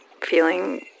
feeling